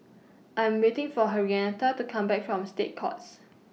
I'm waiting For Henrietta to Come Back from State Courts